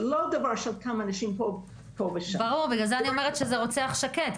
בגלל זה אני אומרת שזה רוצח שקט.